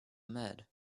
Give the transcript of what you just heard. ahmed